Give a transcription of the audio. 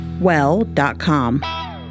well.com